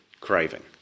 craving